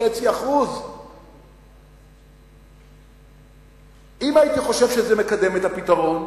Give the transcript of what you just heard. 3.5%. אם הייתי חושב שזה מקדם את הפתרון,